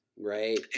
right